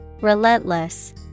Relentless